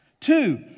Two